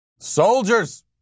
Soldiers